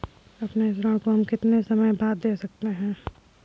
अपने ऋण को हम कितने समय बाद दे सकते हैं?